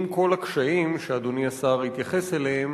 עם כל הקשיים שאדוני השר התייחס אליהם,